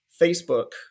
Facebook